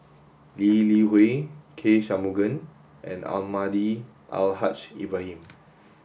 Lee Li Hui K Shanmugam and Almahdi Al Haj Ibrahim